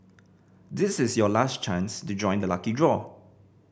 this is your last chance to join the lucky draw